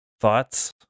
thoughts